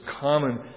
common